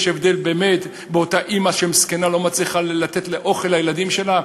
יש הבדל בין אותן אימהות מסכנות שלא מצליחות לתת אוכל לילדים שלהן?